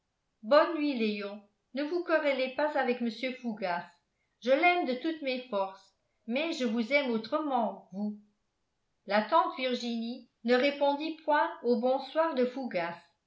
bonne nuit léon ne vous querellez pas avec mr fougas je l'aime de toutes mes forces mais je vous aime autrement vous la tante virginie ne répondit point au bonsoir de fougas